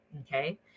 Okay